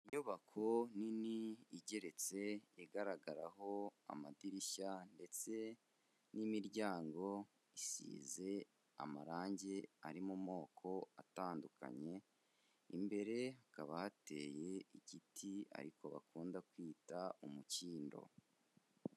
Inyubako nini igeretse igaragaraho amadirishya ndetse n'imiryango isize amarangi ari mu moko atandukanye, imbere hakaba hateye igiti ariko bakunda kwita umukindo.